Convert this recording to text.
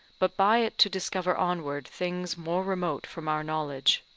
but by it to discover onward things more remote from our knowledge.